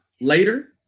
later